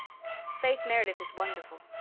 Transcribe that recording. faith meredith is wonderful.